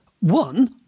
One